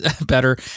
better